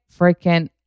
freaking